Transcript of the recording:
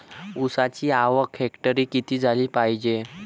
ऊसाची आवक हेक्टरी किती झाली पायजे?